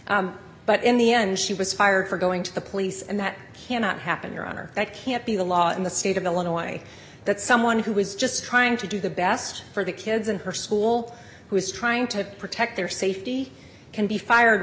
step but in the end she was fired for going to the police and that cannot happen your honor that can't be the law in the state of illinois that someone who is just trying to do the best for the kids in her school who is trying to protect their safety can be fired